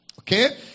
Okay